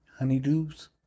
Honeydews